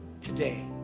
today